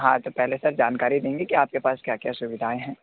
हाँ तो पहले सर जानकारी लेंगे कि आपके पास क्या क्या सुविधाएँ हैं